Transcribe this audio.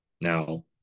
Now